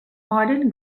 modern